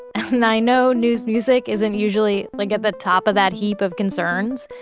and i know news music, isn't usually like at the top of that heap of concerns.